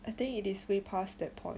I think it is way past that point